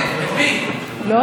לא?